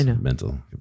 mental